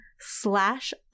slash